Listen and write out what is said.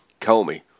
Comey